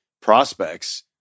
prospects